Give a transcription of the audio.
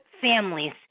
Families